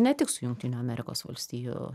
ne tik su jungtinių amerikos valstijų